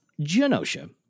Genosha